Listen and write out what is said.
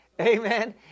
Amen